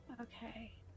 Okay